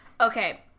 Okay